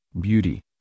beauty